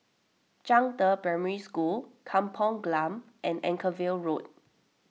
Zhangde Primary School Kampung Glam and Anchorvale Road